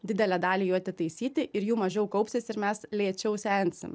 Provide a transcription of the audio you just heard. didelę dalį jų atitaisyti ir jų mažiau kaupsis ir mes lėčiau sensim